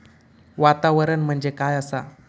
वातावरण म्हणजे काय असा?